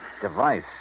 Device